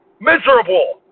Miserable